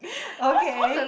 okay